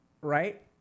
Right